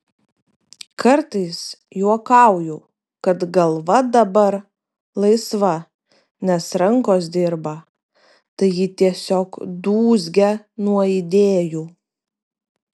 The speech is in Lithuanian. kartais juokauju kad galva dabar laisva nes rankos dirba tai ji tiesiog dūzgia nuo idėjų